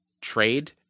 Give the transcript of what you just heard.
trade